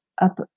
up